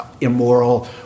immoral